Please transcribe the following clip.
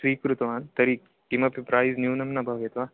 स्वीकृतवान् तर्हि किमपि प्रैस् न्यूनं न भवेत् वा